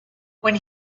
when